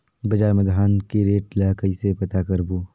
बजार मा धान के रेट ला कइसे पता करबो?